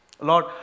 Lord